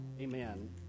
Amen